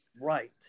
Right